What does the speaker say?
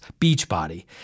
Beachbody